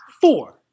Four